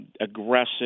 aggressive